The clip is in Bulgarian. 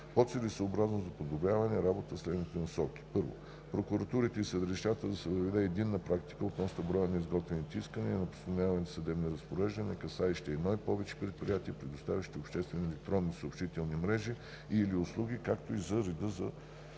по целесъобразност за подобряване на работата в следните насоки: 1. В прокуратурите и съдилищата да се въведе единна практика относно броя на изготвяните искания и на постановяваните съдебни разпореждания, касаещи едно и повече предприятия, предоставящи обществени електронни съобщителни мрежи и/или услуги, както и за реда на